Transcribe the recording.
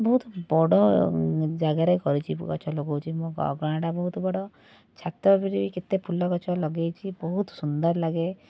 ବହୁତ ବଡ଼ଜାଗାରେ କରିଛି ଗଛ ଲଗଉଛି ମୋ ଅଗଣାଟା ବହୁତ ବଡ଼ ଛାତଉପରେ ବି କେତେ ଫୁଲଗଛ ଲଗେଇଛି ବହୁତ ସୁନ୍ଦର ଲାଗେ